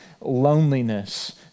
loneliness